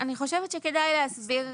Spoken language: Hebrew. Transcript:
אני חושבת שכדאי להסביר